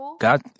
God